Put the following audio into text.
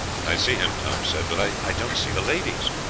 i see him, tom said, but i don't see the ladies.